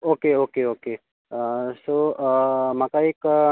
okay okay okay so म्हाका एक